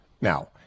Now